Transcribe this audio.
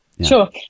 Sure